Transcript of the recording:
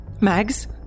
Mags